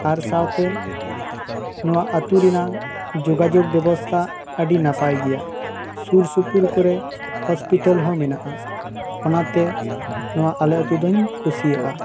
ᱟᱨ ᱥᱟᱶ ᱛᱮ ᱱᱚᱣᱟ ᱟᱛᱳ ᱨᱮᱱᱟᱜ ᱡᱚᱜᱟᱡᱳᱜᱽ ᱵᱮᱵᱚᱥᱛᱷᱟ ᱟᱹᱰᱤ ᱱᱟᱯᱟᱭ ᱜᱮᱭᱟ ᱥᱩᱨ ᱥᱩᱯᱩᱨ ᱨᱮ ᱦᱚᱥᱯᱤᱴᱟᱞ ᱦᱚᱸ ᱢᱮᱱᱟᱜᱼᱟ ᱚᱱᱟᱛᱮ ᱟᱞᱮ ᱟᱛᱳ ᱫᱩᱧ ᱠᱩᱥᱤᱭᱟᱜᱼᱟ